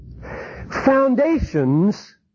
Foundations